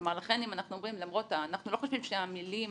כלומר, אנחנו לא חושבים שהמילים